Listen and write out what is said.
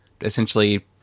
essentially